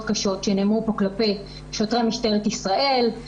קשות שנאמרו פה כלפי שוטרי משטרת ישראל.